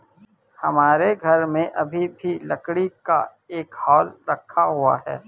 हमारे घर में अभी भी लकड़ी का एक हल रखा हुआ है